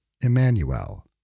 Emmanuel